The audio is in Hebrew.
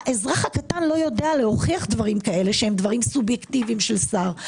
האזרח הקטן לא יודע להוכיח דברים כאלה שהם דברים סובייקטיביים של שר.